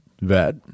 vet